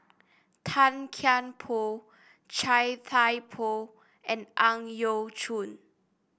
Tan Kian Por Chia Thye Poh and Ang Yau Choon